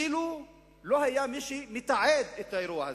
אילו לא היה מי שיתעד את האירוע הזה,